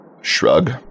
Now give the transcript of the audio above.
Shrug